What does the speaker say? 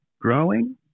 Growing